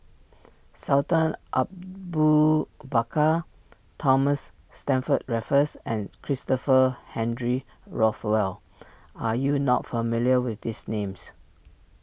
Sultan Abu Bakar Thomas Stamford Raffles and Christopher Henry Rothwell are you not familiar with these names